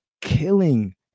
killing